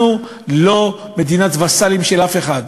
אנחנו לא מדינת וסלים של אף אחד,